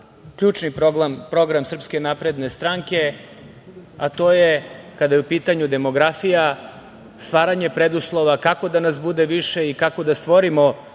ključni program SNS, a to je kada je u pitanju demografija, stvaranje preduslova kako da nas bude više i kako da stvorimo